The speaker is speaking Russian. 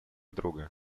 друга